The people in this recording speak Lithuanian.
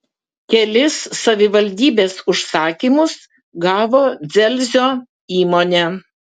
kelis savivaldybės užsakymus gavo dzelzio įmonė